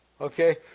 okay